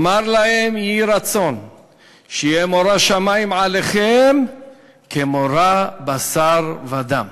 אמר להם: יהי רצון שיהיה מורא שמים עליכם כמורא בשר ודם.